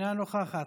אינה נוכחת.